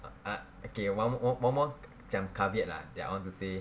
ah ah one more macam caveat lah that I want to say